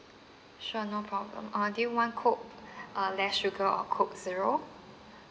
sure no problem uh do you want coke uh less sugar or coke zero